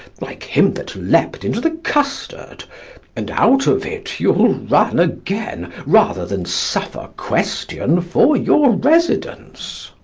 like him that leapt into the custard and out of it you'll run again, rather than suffer question for your residence.